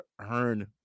earn